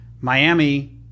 Miami